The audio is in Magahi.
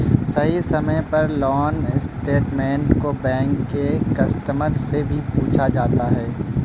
सही समय पर लोन स्टेटमेन्ट को बैंक के कस्टमर से भी पूछा जाता है